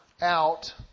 out